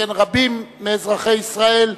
שכן רבים מאזרחי ישראל,